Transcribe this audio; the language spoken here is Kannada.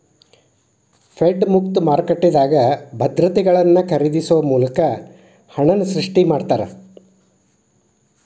ಫೆಡ್ ಮುಕ್ತ ಮಾರುಕಟ್ಟೆದಾಗ ಭದ್ರತೆಗಳನ್ನ ಖರೇದಿಸೊ ಮೂಲಕ ಹಣನ ಸೃಷ್ಟಿ ಮಾಡ್ತಾರಾ